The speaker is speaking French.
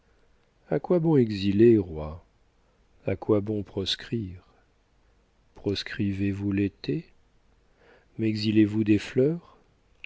à quoi bon exiler rois à quoi bon proscrire proscrivez vous l'été mexilez vous des fleurs